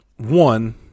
One